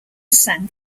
saint